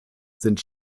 sind